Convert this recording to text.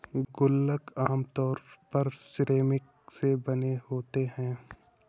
गुल्लक आमतौर पर सिरेमिक से बने होते हैं